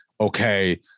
okay